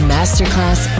Masterclass